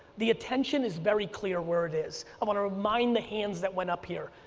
the attention is very clear where it is. i want to remind the hands that went up here.